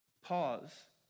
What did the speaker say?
pause